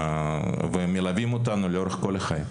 והם מלווים אותנו לאורך כל החיים.